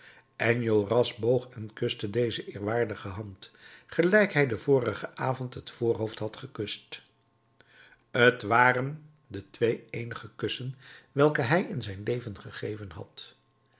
enjolras boog en kuste deze eerwaardige hand gelijk hij den vorigen avond het voorhoofd had gekust t waren de twee eenige kussen welke hij in zijn leven gegeven had